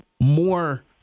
more